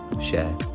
share